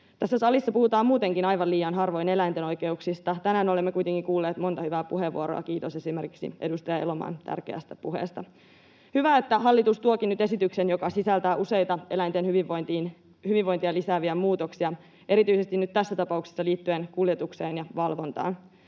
Tässä salissa puhutaan muutenkin aivan liian harvoin eläinten oikeuksista. Tänään olemme kuitenkin kuulleet monta hyvää puheenvuoroa. Kiitos esimerkiksi edustaja Elomaalle tärkeästä puheesta. Hyvä, että hallitus tuokin nyt esityksen, joka sisältää useita eläinten hyvinvointia lisääviä muutoksia, erityisesti nyt tässä tapauksessa liittyen kuljetukseen ja valvontaan.